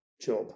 job